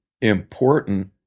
important